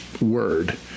Word